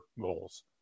goals